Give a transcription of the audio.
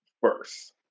first